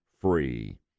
free